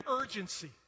urgency